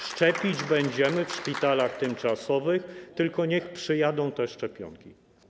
Szczepić będziemy w szpitalach tymczasowych, tylko niech przyjadą te szczepionki.